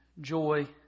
joy